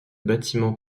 bâtiment